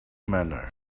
manner